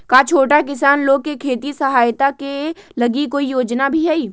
का छोटा किसान लोग के खेती सहायता के लगी कोई योजना भी हई?